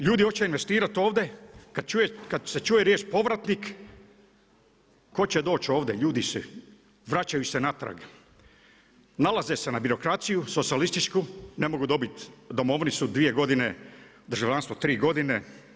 Ljudi hoće investirati ovdje kada se čuje riječ povratnik ko će doć ovdje, ljudi se vraćaju natrag, nalaze se na birokraciju socijalističku, ne mogu dobiti domovnicu dvije godine, državljanstvo tri godine.